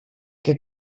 què